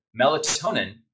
melatonin